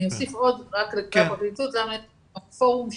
אני אוסיף עוד, הפורום שלנו,